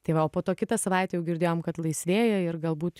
tai va o po to kitą savaitę jau girdėjom kad laisvėja ir galbūt